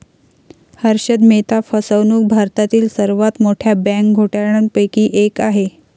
हर्षद मेहता फसवणूक भारतातील सर्वात मोठ्या बँक घोटाळ्यांपैकी एक आहे